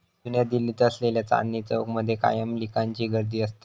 जुन्या दिल्लीत असलेल्या चांदनी चौक मध्ये कायम लिकांची गर्दी असता